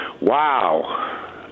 Wow